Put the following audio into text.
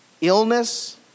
illness